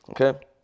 okay